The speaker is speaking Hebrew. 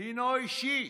הינו אישי,